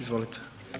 Izvolite.